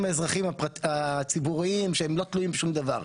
האזרחיים הציבוריים שהם לא תלויים בשום דבר,